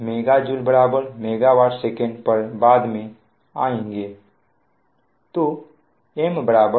MJ MW sec पर बाद में आएंगे